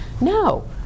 No